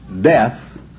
death